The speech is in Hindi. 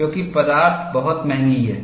क्योंकि पदार्थ बहुत महंगी हैं